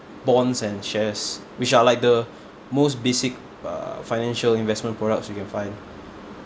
bonds and shares which are like the most basic uh financial investment products you can find